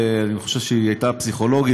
אני חושב שהיא הייתה פסיכולוגית,